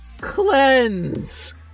Cleanse